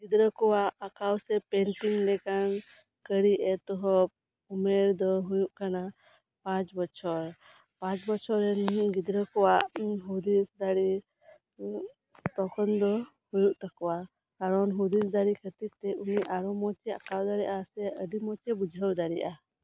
ᱜᱤᱫᱽᱨᱟᱹ ᱠᱚᱣᱟᱜ ᱟᱠᱟᱣ ᱥᱮ ᱯᱮᱱᱴᱤᱝ ᱞᱮᱠᱟᱱ ᱠᱟᱹᱨᱤ ᱮᱛᱚᱦᱚᱵ ᱩᱢᱮᱨ ᱫᱚ ᱦᱳᱭᱳᱜ ᱠᱟᱱᱟ ᱯᱟᱸᱪ ᱵᱚᱪᱷᱚᱨ ᱯᱟᱸᱪ ᱵᱚᱪᱷᱚᱨ ᱨᱮᱱ ᱜᱤᱫᱽᱨᱟᱹ ᱠᱚᱣᱟᱜ ᱦᱩᱫᱤᱥ ᱫᱟᱲᱤ ᱛᱚᱠᱷᱚᱱ ᱫᱚ ᱦᱳᱭᱳᱜ ᱛᱟᱠᱩᱣᱟ ᱠᱟᱨᱚᱱ ᱦᱩᱫᱤᱥ ᱫᱟᱲᱮ ᱠᱷᱟᱹᱛᱤᱨ ᱛᱮ ᱩᱱᱤ ᱟᱨᱚ ᱢᱚᱪᱛᱮ ᱟᱠᱟᱣ ᱫᱟᱲᱮᱭᱟᱜ ᱟ ᱥᱮ ᱟᱹᱰᱤ ᱢᱚᱪᱮ ᱵᱩᱡᱷᱟᱹᱣ ᱫᱟᱲᱮᱭᱟᱜᱼᱟ